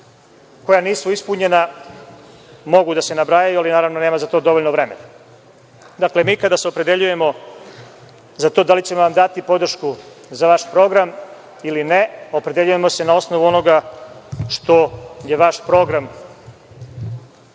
koja nisu ispunjena mogu da se nabrajaju, ali za to nemam dovoljno vremena. Dakle, mi kada se opredeljujemo za to da li ćemo vam dati podršku za vaš program ili ne, opredeljujemo se na osnovu onoga što je vaš program